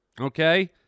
Okay